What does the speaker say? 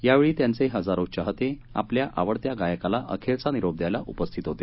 यावेळी त्याचे हजारो चाहते आपल्या आवडत्या गायकाला अखेरचा निरोप द्यायला उपस्थित होते